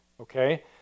Okay